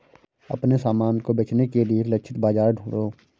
अपने सामान को बेचने के लिए एक लक्षित बाजार ढूंढो